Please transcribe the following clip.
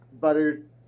buttered